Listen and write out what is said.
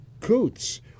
Coots